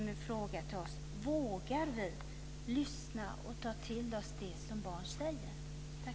Min fråga är: Vågar vi lyssna och ta till oss det som barn säger?